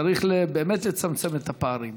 צריך באמת לצמצם את הפערים.